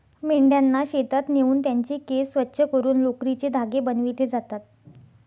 मेंढ्यांना शेतात नेऊन त्यांचे केस स्वच्छ करून लोकरीचे धागे बनविले जातात